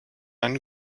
einen